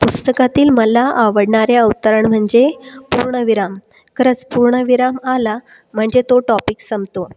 पुस्तकातील मला आवडणाऱ्या अवतरण म्हणजे पूर्णविराम खरंच पूर्णविराम आला म्हणजे तो टॉपिक संपतो